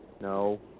No